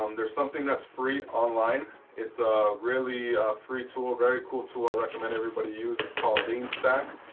um there's something that's free online it's a really free tool a very cool tool i recommend everybody use is called lean stack.